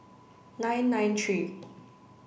nine nine three